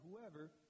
whoever